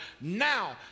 Now